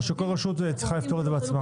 או שכל רשות צריכה לפתור את זה בעצמה?